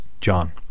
John